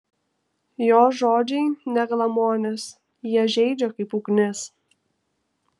jo žodžiai ne glamonės jie žeidžia kaip ugnis